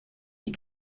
die